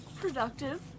Productive